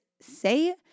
say